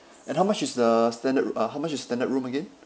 and how much is the standard ro~ uh how much is standard room again